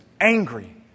angry